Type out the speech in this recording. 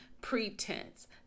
pretense